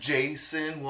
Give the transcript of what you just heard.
Jason